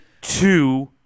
two